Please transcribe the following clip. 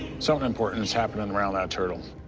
something important is happening around that turtle.